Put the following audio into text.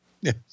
Yes